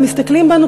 ומסתכלים בנו,